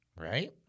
Right